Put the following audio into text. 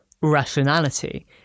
rationality